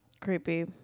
creepy